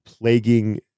plaguing